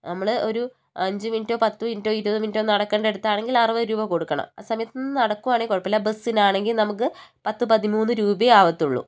നമ്മൾ ഒരു അഞ്ചു മിനിറ്റോ പത്തു മിനിറ്റോ ഇരുപത് മിനിറ്റോ നടക്കേണ്ടിടത്ത് ആണെങ്കിൽ അറുപത് രൂപ കൊടുക്കണം അതേസമയത്ത് നടക്കുവാണേൽ കുഴപ്പമില്ല ബസ്സിനാണെങ്കിൽ നമുക്ക് പത്ത് പതിമൂന്ന് രൂപയെ ആവത്തുള്ളൂ